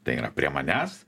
tai yra prie manęs